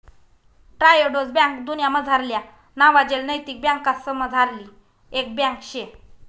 Triodos bank दुन्यामझारल्या नावाजेल नैतिक बँकासमझारली एक बँक शे